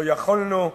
לא יכולנו,